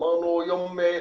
אמרנו יום העשירי.